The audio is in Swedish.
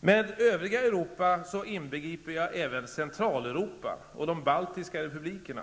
Med övriga Europa inbegriper jag även Centraleuropa och de baltiska republikerna.